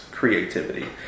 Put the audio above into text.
Creativity